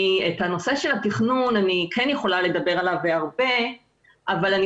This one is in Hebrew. אני כן יכולה לדבר על הנושא של התכנון והרבה אבל אני